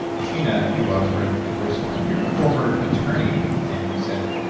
tina, if people haven't heard the first one, you're a former attorney and you said,